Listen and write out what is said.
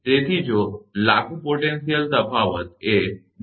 તેથી જો લાગુ પોટેન્શિયલ તફાવત એ ડી